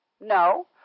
No